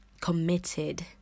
committed